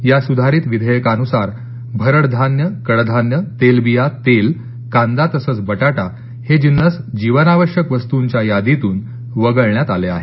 या सुधारीत विधेयकानुसार भरड धान्य कडधान्य तेलबिया तेल कांदा तसंच बटाटा हे जिन्नस जीवनावश्यक वस्तुंच्या यादीतून वगळण्यात आले आहेत